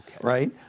right